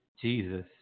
jesus